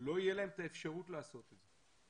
לא תהיה להם את האפשרות לעשות את זה.